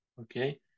Okay